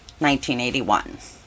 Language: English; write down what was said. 1981